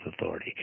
authority